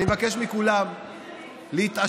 אני מבקש מכולם להתעשת